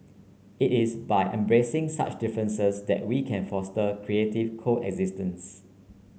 it is by embracing such differences that we can foster creative coexistence